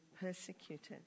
persecuted